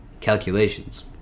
calculations